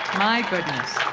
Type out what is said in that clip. my goodness.